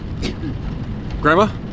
Grandma